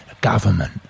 government